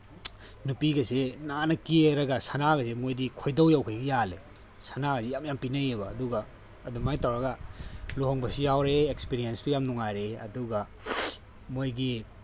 ꯅꯨꯄꯤꯒꯁꯦ ꯅꯥꯟꯅ ꯀꯦꯔꯒ ꯁꯥꯅꯒꯁꯦ ꯃꯣꯏꯗꯤ ꯈꯣꯏꯗꯧ ꯌꯧꯈꯩ ꯌꯥꯜꯂꯦ ꯁꯥꯅꯒꯁꯦ ꯌꯥꯝ ꯌꯥꯝ ꯄꯤꯅꯩꯑꯦꯕ ꯑꯗꯨꯒ ꯑꯗꯨꯃꯥꯏꯅ ꯇꯧꯔꯒ ꯂꯨꯍꯣꯡꯕꯁꯤ ꯌꯥꯎꯔꯦ ꯑꯦꯛꯄꯤꯔꯤꯌꯦꯟꯁꯁꯨ ꯌꯥꯝꯅ ꯅꯨꯡꯉꯥꯏꯔꯦ ꯑꯗꯨꯒ ꯃꯣꯏꯒꯤ